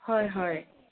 হয় হয়